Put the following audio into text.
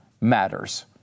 matters